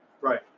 right